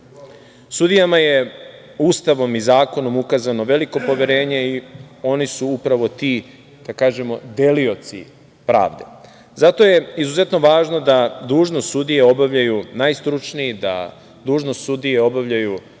Sudijama je Ustavom i zakonom ukazano veliko poverenje i oni su upravo ti, da kažemo, delioci pravde. Zato je važno da dužnost sudije obavljaju najstručnije, da dužnost sudije obavljaju